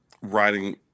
writing